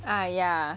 ah ya